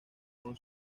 con